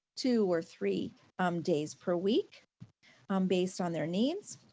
two or three days per week based on their needs.